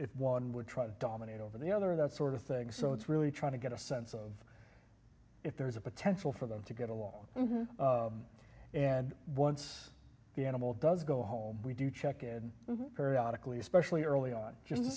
if one would try to dominate over the other that sort of thing so it's really trying to get a sense of if there is a potential for them to get along and once the animal does go home we do check in specially early on just to